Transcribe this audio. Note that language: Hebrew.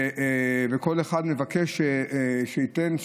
וכל אחד מבקש שייתן,